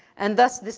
and thus, this,